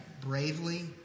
bravely